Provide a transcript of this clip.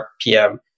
PM